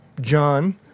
John